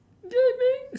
dabbing